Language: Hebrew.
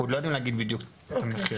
עדיין לא יודעים להגיד בדיוק מה המחירים.